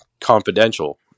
confidential